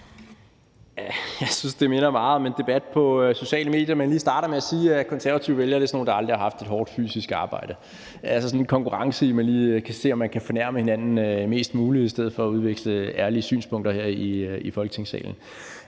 Jeg synes, det minder meget om en debat på sociale medier, når man lige starter med at sige, at Konservative vælgere er sådan nogle, der aldrig har haft et hårdt fysisk arbejde. Altså, det er sådan en konkurrence om at fornærme hinanden mest muligt i stedet for at udveksle ærlige synspunkter her i Folketingssalen.